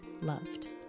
loved